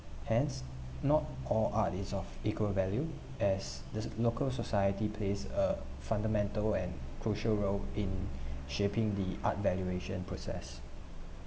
hence not all art is of equal value as the local society plays a fundamental and crucial role in shaping the art valuation process